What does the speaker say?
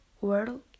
world